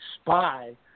spy –